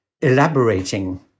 elaborating